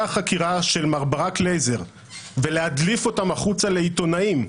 החקירה של מר ברק לייזר ולהדליף אותם החוצה לעיתונאים,